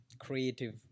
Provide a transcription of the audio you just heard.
creative